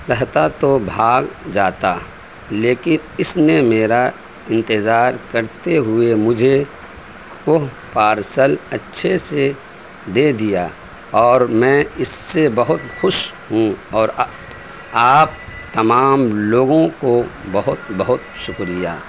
رہتا تو بھاگ جاتا لیکن اس نے میرا انتظار کرتے ہوئے مجھے وہ پارسل اچھے سے دے دیا اور میں اس سے بہت خوش ہوں اور آپ تمام لوگوں کو بہت بہت شکریہ